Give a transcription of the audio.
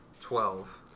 Twelve